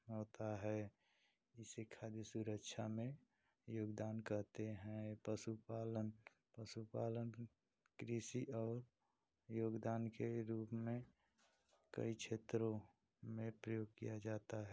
होता है उसे खाद्य सुरक्षा में योगदान कहते हैं पशुपालन पशुपालन कृषि और योगदान के रूप में कई क्षेत्रों में प्रयोग किया जाता है